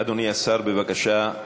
אדוני השר, בבקשה.